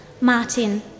Martin